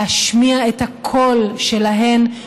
להשמיע את הקול שלהן,